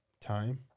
Time